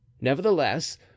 Nevertheless